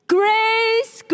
grace